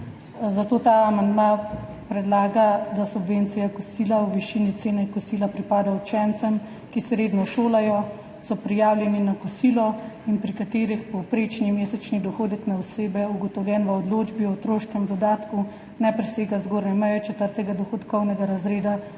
zato ta amandma predlaga, da subvencija kosila v višini cene kosila pripada učencem, ki se redno šolajo, so prijavljeni na kosilo in pri katerih povprečni mesečni dohodek na osebe, ugotovljen v odločbi o otroškem dodatku, ne presega zgornje meje četrtega dohodkovnega razreda,